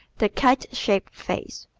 the kite-shaped face